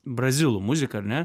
brazilų muzika ar ne